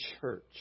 church